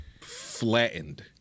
flattened